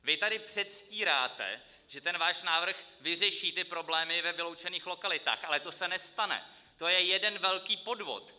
Vy tady předstíráte, že váš návrh vyřeší problémy ve vyloučených lokalitách, ale to se nestane, to je jeden velký podvod.